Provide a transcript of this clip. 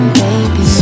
baby